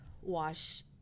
wash